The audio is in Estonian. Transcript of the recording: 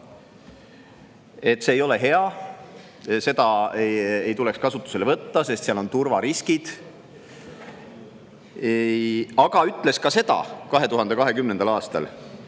et see ei ole hea, seda ei tuleks kasutusele võtta, sest seal on turvariskid. Aga 2020. aastal